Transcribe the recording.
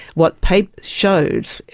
what pape showed,